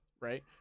Right